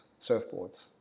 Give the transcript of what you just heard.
surfboards